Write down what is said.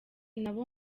nabo